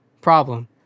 problem